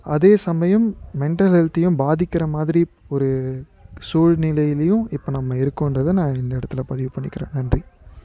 அதே சமயம் மென்டல் ஹெல்த்தையும் பாதிக்கிற மாதிரி ஒரு சூழ்நிலையிலையும் இப்போ நம்ம இருக்கோன்றதை நான் இந்த இடத்தில் பதிவு பண்ணிக்கிறேன் நன்றி